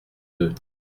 deux